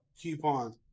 coupon